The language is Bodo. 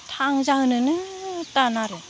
थांहोनो थान आरो